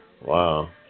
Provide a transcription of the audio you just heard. Wow